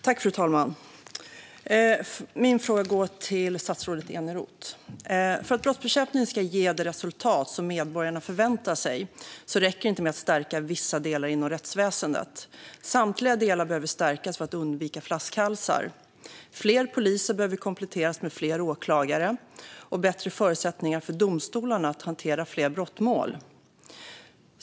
Fru talman! Min fråga går till statsrådet Eneroth. För att brottsbekämpningen ska ge det resultat som medborgarna förväntar sig räcker det inte att stärka vissa delar inom rättsväsendet. Samtliga delar behöver stärkas för att undvika flaskhalsar. Fler poliser behöver kompletteras med fler åklagare och bättre förutsättningar för domstolarna att hantera fler brottmål.